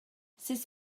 sut